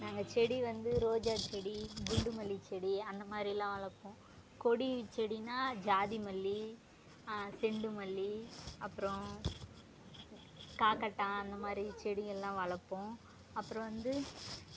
நாங்கள் செடி வந்து ரோஜா செடி குண்டு மல்லி செடி அந்த மாதிரிலாம் வளர்ப்போம் கொடி செடினால் ஜாதிமல்லி செண்டு மல்லி அப்புறம் காக்கட்டான் அந்த மாதிரி செடியெல்லாம் வளர்ப்போம் அப்புறம் வந்து